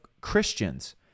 Christians